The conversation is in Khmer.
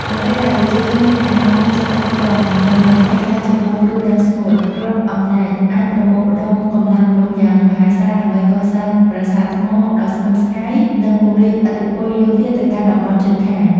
នៅពេលដែលប្រជាជនមានអាហារហូបចុកគ្រប់គ្រាន់ និងមិនភ័យខ្លាចចំពោះគ្រោះរាំងស្ងួត រដ្ឋអំណាចអាចប្រមូលផ្តុំកម្លាំងមនុស្សយ៉ាងមហាសាលដើម្បីកសាងប្រាសាទថ្មដ៏ស្កឹមស្កៃ និងពង្រីកឥទ្ធិពលយោធាទៅកាន់តំបន់ជិតខាង។